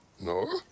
no